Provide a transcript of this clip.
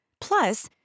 Plus